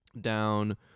down